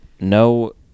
no